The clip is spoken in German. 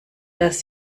dass